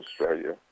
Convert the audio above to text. Australia